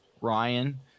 Ryan